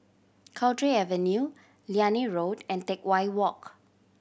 Cowdray Avenue Liane Road and Teck Whye Walk